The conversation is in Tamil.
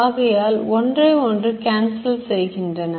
ஆகையால் ஒன்றையொன்று cancel செய்கின்றன